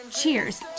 cheers